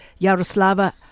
Yaroslava